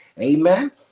Amen